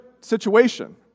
situation